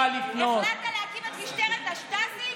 החלטת להקים את משטרת השטאזי?